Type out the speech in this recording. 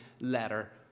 letter